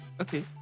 Okay